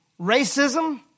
Racism